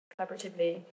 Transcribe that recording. collaboratively